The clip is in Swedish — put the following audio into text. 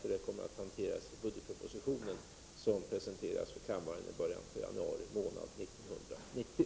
Den kommer att hanteras i budgetpropositionen, som presenteras för kammaren i början av januari månad 1990.